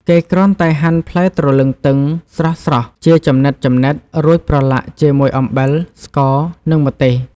គេគ្រាន់តែហាន់ផ្លែទ្រលឹងទឹងស្រស់ៗ ជាចំណិតៗ រួចប្រឡាក់ជាមួយអំបិល ស្ករ និងម្ទេស។